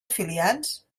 afiliats